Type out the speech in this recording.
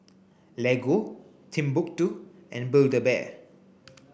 Lego Timbuk two and Build a Bear